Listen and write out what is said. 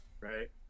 Right